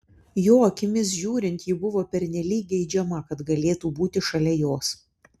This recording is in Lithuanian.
jo akimis žiūrint ji buvo pernelyg geidžiama kad galėtų būti šalia jos